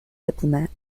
diplomat